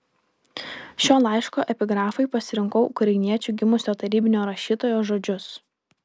šio laiško epigrafui pasirinkau ukrainiečiu gimusio tarybinio rašytojo žodžius